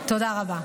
תודה רבה.